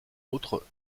autres